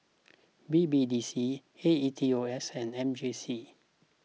B B D C A E T O S and M J C